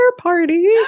party